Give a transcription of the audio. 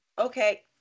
okay